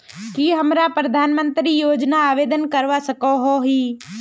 की हमरा प्रधानमंत्री योजना आवेदन करवा सकोही?